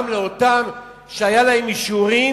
גם אותם אלה שהיו להם אישורים,